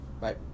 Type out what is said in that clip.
Bye